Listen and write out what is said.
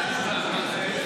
ואתה אומר לו קריאה ראשונה.